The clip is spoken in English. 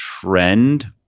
trend